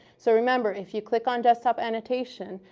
so remember, if you click on desktop annotation,